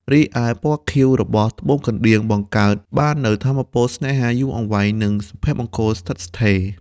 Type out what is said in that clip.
រីឯពណ៌ខៀវរបស់ត្បូងកណ្ដៀងបង្កើតបាននូវថាមពលស្នេហាយូរអង្វែង និងសុភមង្គលស្ថិតស្ថេរ។